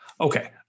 Okay